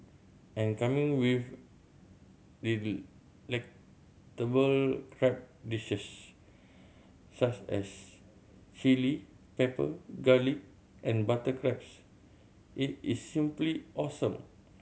and coming with delectable crab dishes such as chilli pepper garlic and butter crabs it is simply awesome